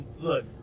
look